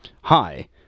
Hi